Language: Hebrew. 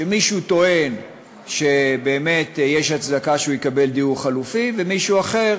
שמישהו טוען שבאמת יש הצדקה שהוא יקבל דיור חלופי ומישהו אחר